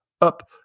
up